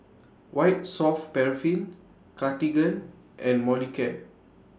White Soft Paraffin Cartigain and Molicare